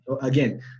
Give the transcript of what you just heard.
again